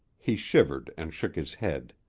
he shivered and shook his head.